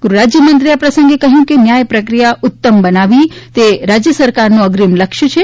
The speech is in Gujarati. ગૃહરાજ્યમંત્રીએ આ પ્રસંગે કહ્યું કે ન્યાય પ્રક્રિયા ઉત્તમ બનાવવી તે રાજ્ય સરકારનુ અગ્રિમ લક્ષ્ય છે